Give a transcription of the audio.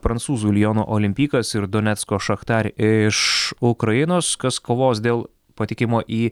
prancūzų liono olimpykas ir donecko šachtar iš ukrainos kas kovos dėl patekimo į